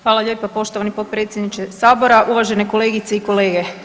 Hvala lijepa poštovani potpredsjedniče sabora, uvažene kolegice i kolege.